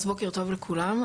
בוקר טוב לכולם,